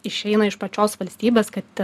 išeina iš pačios valstybės kad